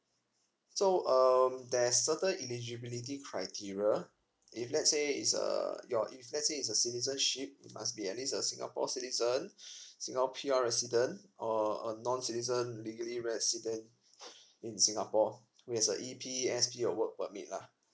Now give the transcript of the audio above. so um there's certain eligibility criteria if let's say is uh your if let's say it's a citizenship it must be at least a singapore citizen singapore P R resident or a non citizen legally resident in singapore whereas a E P S P or work permit lah